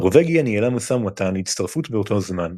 נורווגיה ניהלה משא ומתן להצטרפות באותו זמן,